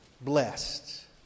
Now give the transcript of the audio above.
blessed